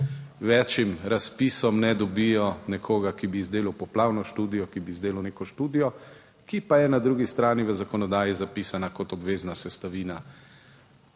večim razpisom ne dobijo nekoga, ki bi izdelal poplavno študijo, ki bi izdelal neko študijo, ki pa je na drugi strani v zakonodaji zapisana kot obvezna sestavina